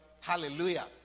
hallelujah